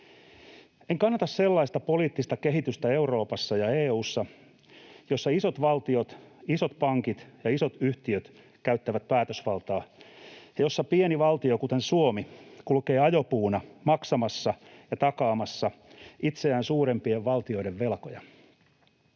En kannata sellaista poliittista kehitystä Euroopassa ja EU:ssa, jossa isot valtiot, isot pankit ja isot yhtiöt käyttävät päätösvaltaa ja jossa pieni valtio, kuten Suomi, kulkee ajopuuna maksamassa ja takaamassa itseään suurempien valtioiden velkoja.